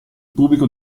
pubblico